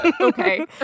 Okay